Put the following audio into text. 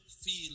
feel